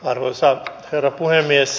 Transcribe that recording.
arvoisa herra puhemies